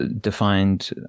defined